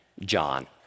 John